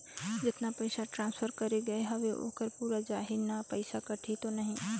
जतना पइसा ट्रांसफर करे गये हवे ओकर पूरा जाही न पइसा कटही तो नहीं?